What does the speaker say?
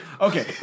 Okay